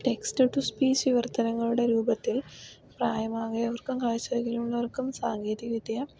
text to speech വിവർത്തനങ്ങളുടെ രൂപത്തിൽ പ്രായമായവർക്കും കാഴ്ച വൈകല്യമുള്ളവർക്കും സാങ്കേതികവിദ്യ